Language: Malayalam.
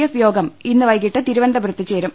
എഫ് യോഗം ഇന്ന് വൈകിട്ട് തിരുവനന്തപുരത്ത് ചേരും